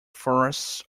forests